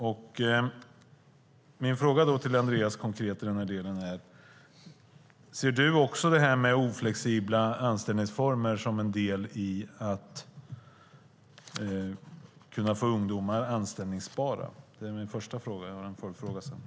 Min konkreta fråga till Andreas Carlson i den här delen är: Ser du också det här med oflexibla anställningsformer som en del i att kunna få ungdomar anställbara? Det är min första fråga. Jag har en följdfråga sedan.